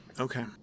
Okay